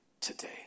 today